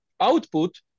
output